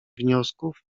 wniosków